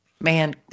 Man